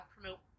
promote